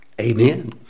Amen